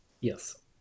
Yes